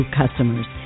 customers